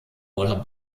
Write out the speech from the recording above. oder